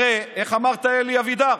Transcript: הרי איך אמרת, אלי אבידר?